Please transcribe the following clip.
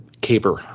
caper